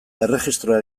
erregistroa